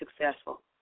successful